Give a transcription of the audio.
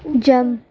jump